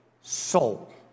soul